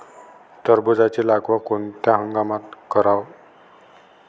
टरबूजाची लागवड कोनत्या हंगामात कराव?